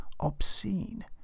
obscene